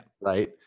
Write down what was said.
right